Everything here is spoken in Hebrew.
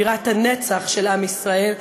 בירת הנצח של עם ישראל,